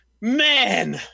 Man